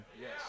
Yes